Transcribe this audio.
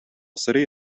city